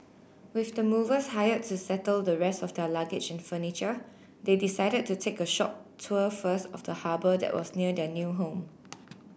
with the movers hired to settle the rest of their luggage and furniture they decided to take a short tour first of the harbour that was near their new home